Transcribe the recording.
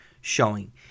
showing